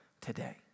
today